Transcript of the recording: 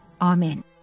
Amen